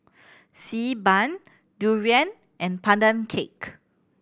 Xi Ban durian and Pandan Cake